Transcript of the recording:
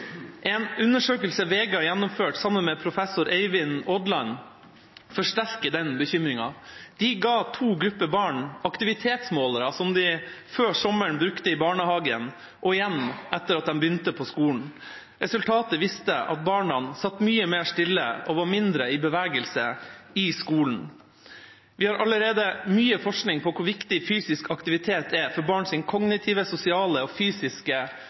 En undersøkelse VG har gjennomført sammen med professor Eivind Aadland, forsterker den bekymringen. De ga to grupper barn aktivitetsmålere, som de før sommeren brukte i barnehagen og igjen etter at de begynte på skolen. Resultatet viste at barna satt mye mer stille og var mindre i bevegelse i skolen. Vi har allerede mye forskning på hvor viktig fysisk aktivitet er for barns kognitive, sosiale og fysiske